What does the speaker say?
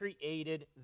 created